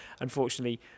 unfortunately